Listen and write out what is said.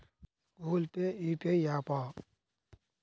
Google Pay UPI య్యాపా?